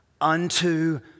Unto